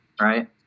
right